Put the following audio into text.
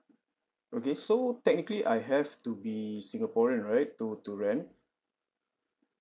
okay so technically I have to be singaporean right to to rent